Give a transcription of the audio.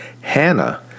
Hannah